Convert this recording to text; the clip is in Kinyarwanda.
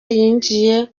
yinjiye